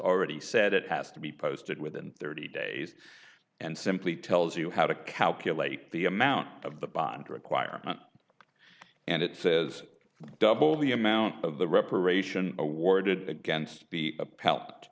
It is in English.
already said it has to be posted within thirty days and simply tells you how to calculate the amount of the bond requirement and it says double the amount of the reparation awarded against